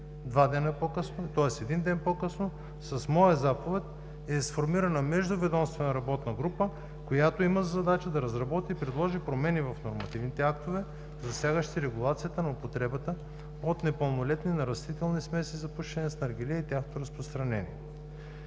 На 1 септември, един ден по-късно, с моя заповед е сформирана междуведомствена работна група, която има за задача да разработи и предложи промени в нормативните актове, засягащи регулацията на употребата от непълнолетни на растителни смеси за пушене с наргиле и тяхното разпространение.